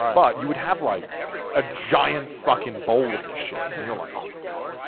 but you would have like a giant, fucking bowl of this shit. and you're like, oh my god.